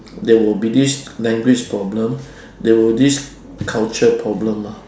there will be this language problem there will this culture problem ah